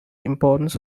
importance